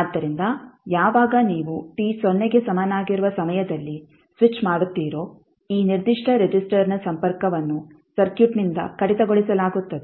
ಆದ್ದರಿಂದ ಯಾವಾಗ ನೀವು t ಸೊನ್ನೆಗೆ ಸಮನಾಗಿರುವ ಸಮಯದಲ್ಲಿ ಸ್ವಿಚ್ ಮಾಡುತ್ತೀರೋ ಈ ನಿರ್ದಿಷ್ಟ ರಿಜಿಸ್ಟರ್ನ ಸಂಪರ್ಕವನ್ನು ಸರ್ಕ್ಯೂಟ್ನಿಂದ ಕಡಿತಗೊಳಿಸಲಾಗುತ್ತದೆ